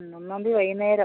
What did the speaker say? മ് ഒന്നാം തീയതി വൈകുന്നേരം